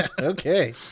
Okay